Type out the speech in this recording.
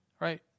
right